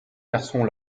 garçon